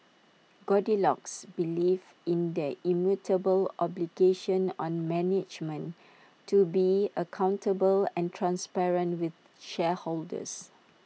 goldilocks believes in the immutable obligation on management to be accountable and transparent with shareholders